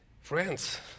friends